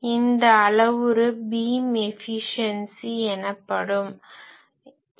அந்த அளவுரு beam efficiency Beam efficiency beam செயல் திறன் எனப்படும்